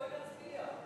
בואי נצביע.